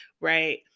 Right